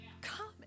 come